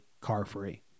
car-free